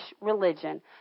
religion